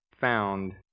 found